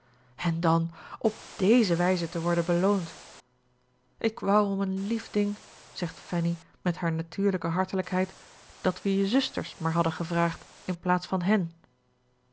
en dan op deze wijze te worden beloond ik wou om een lief ding zegt fanny met haar natuurlijke hartelijkheid dat we je zusters maar hadden gevraagd inplaats van hen